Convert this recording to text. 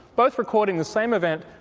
both recording the same event,